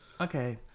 Okay